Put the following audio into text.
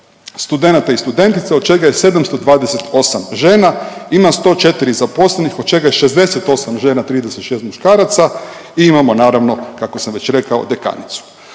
studenata i studentica od čega je 728 žena, ima 104 zaposlenih od čega je 68 žena, 36 muškaraca i imamo naravno kako sam već rekao dekanicu.